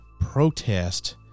protest